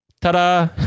ta-da